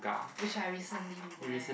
which I recently went